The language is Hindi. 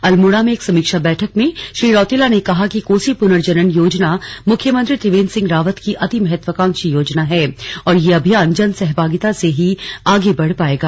अल्मोड़ा में एक समीक्षा बैठक में श्री रौतेला ने कहा कि कोसी पुनर्जनन योजना मुख्यमंत्री त्रिवेन्द्र सिंह रावत की अति महत्वाकांक्षी योजना है और यह अभियान जन सहभागिता से ही आगे बढ़ पायेगा